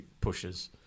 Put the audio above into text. pushes